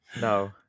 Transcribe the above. No